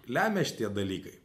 lemia šitie dalykai